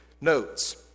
notes